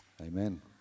amen